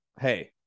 hey